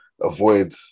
avoid